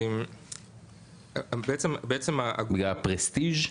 בגלל הפרסטיז'?